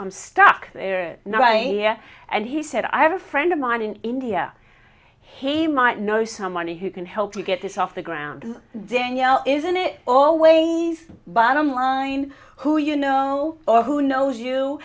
i'm stuck and he said i have a friend of mine in india he might know someone who can help you get this off the ground danielle isn't it always bottom line who you know or who knows you